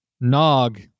Nog